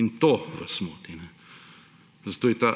in to vas moti. Zato je ta